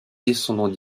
descendant